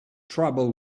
trouble